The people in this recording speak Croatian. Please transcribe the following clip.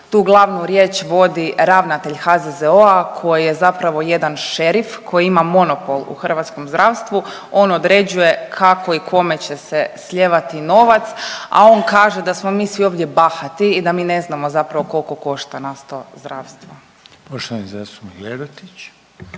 Tu glavnu riječ vodi ravnatelj HZZO-a koji je zapravo jedan šerif koji ima monopol u hrvatskom zdravstvu, on određuje kako i kome će se slijevati novac, a on kaže da smo mi svi ovdje bahati i da mi ne znamo zapravo koliko košta nas to zdravstvo. **Reiner, Željko